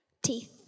Teeth